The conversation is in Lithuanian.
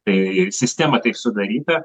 tai sistema taip sudaryta